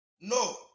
No